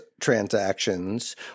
transactions